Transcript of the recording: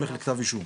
הולך לכתב אישום.